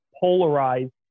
polarized